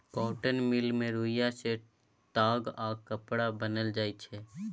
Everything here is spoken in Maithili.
कॉटन मिल मे रुइया सँ ताग आ कपड़ा बनाएल जाइ छै